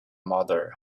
mother